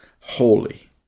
holy